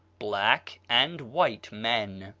black, and white men.